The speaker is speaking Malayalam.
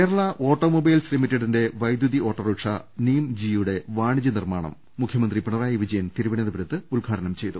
കേരള ഓട്ടോ മൊബൈൽസ് ലിമിറ്റഡിന്റെ വൈദ്യുതി ഓട്ടോറിക്ഷ നീം ജി യുടെ വാണിജ്യ നിർമാണം മുഖ്യമന്ത്രി പിണറായി വിജയൻ തിരുവനന്തപുരത്ത് ഉദ്ഘാടനം ചെയ്തു